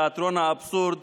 האבסורד